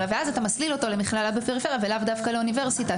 ואתה מסליל אותו למכללה בפריפריה ולאו דווקא לאוניברסיטה,